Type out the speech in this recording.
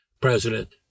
President